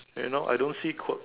you know I don't see quirk